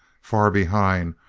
far behind,